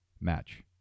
match